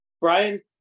Brian